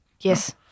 Yes